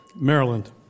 Maryland